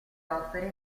opere